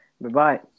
Bye-bye